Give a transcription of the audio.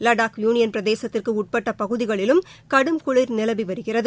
Ladakh union பிரதேசத்திற்கு உட்பட்ட பகுதிகளிலும் கடும் குளிர் நிலவி வருகிறது